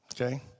Okay